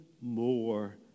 more